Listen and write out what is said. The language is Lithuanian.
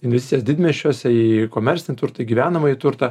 investicijas didmiesčiuose į komercinį turtą į gyvenamąjį turtą